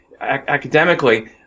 academically